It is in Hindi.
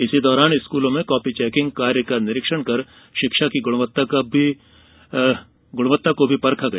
इस दौरान स्कूलों में कॉपी चैकिंग कार्य का निरीक्षण कर शिक्षा की गुणवत्ता को परखा गया